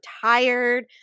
tired